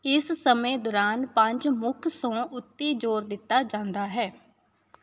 ਇਸ ਸਮੇਂ ਦੌਰਾਨ ਪੰਜ ਮੁੱਖ ਸਹੁੰ ਉੱਤੇ ਜ਼ੋਰ ਦਿੱਤਾ ਜਾਂਦਾ ਹੈ